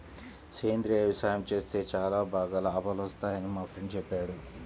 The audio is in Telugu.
సేంద్రియ యవసాయం చేత్తే చానా బాగా లాభాలొత్తన్నయ్యని మా ఫ్రెండు చెప్పాడు